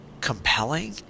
compelling